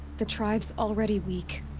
the tribe's already weak.